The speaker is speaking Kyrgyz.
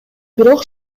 бирок